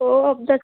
वह अब